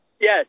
Yes